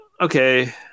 okay